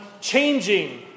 changing